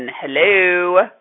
Hello